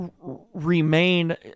remain